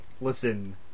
Listen